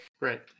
right